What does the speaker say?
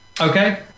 okay